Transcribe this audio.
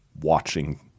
watching